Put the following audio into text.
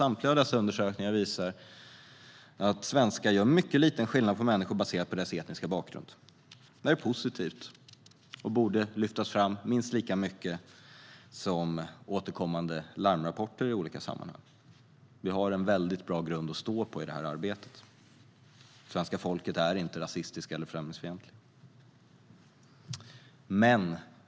Samtliga dessa undersökningar visar att svenskar gör mycket liten skillnad på människor baserat på deras etniska bakgrund. Det är positivt och borde lyftas fram minst lika mycket som återkommande larmrapporter i olika sammanhang. Vi har en väldigt bra grund att stå på i det arbetet. Svenska folket är inte rasistiskt eller främlingsfientligt.